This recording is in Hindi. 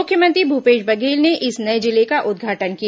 मुख्यमंत्री भूपेश बघेल ने इस नये जिले का उद्घाटन किया